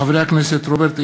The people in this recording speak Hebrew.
מאת חברי הכנסת רוברט אילטוב,